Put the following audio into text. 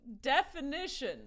definition